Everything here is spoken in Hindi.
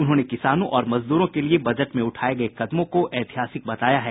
उन्होंने किसानों और मजदूरों के लिए बजट में उठाये गये कदमों को ऐतिहासिक बताया है